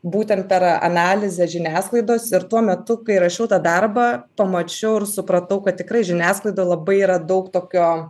būtent per analizę žiniasklaidos ir tuo metu kai rašiau tą darbą pamačiau ir supratau kad tikrai žiniasklaida labai yra daug tokio